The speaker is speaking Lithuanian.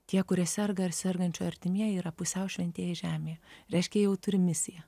tie kurie serga ir sergančiojo artimieji yra pusiau šventieji žemėje reiškia jau turiu misiją